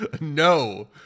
No